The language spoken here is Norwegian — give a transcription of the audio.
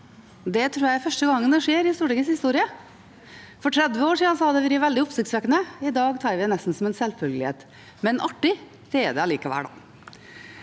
Det tror jeg er første gang skjer i Stortingets historie. For 30 år siden ville det ha vært veldig oppsiktsvekkende, i dag tar vi det nesten som en selvfølge – men artig er det likevel.